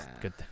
good